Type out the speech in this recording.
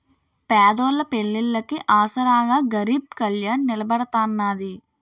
పేదోళ్ళ పెళ్లిళ్లికి ఆసరాగా గరీబ్ కళ్యాణ్ నిలబడతాన్నది